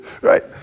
Right